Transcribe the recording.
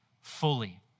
fully